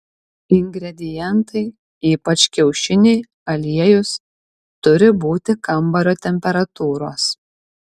ingredientai ypač kiaušiniai aliejus turi būti kambario temperatūros